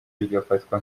bigafatwa